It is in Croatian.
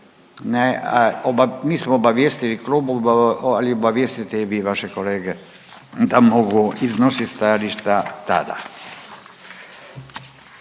Mi smo obavijestili klub, ali obavijestite i vi vaše kolege da mogu iznosit stajališta tada,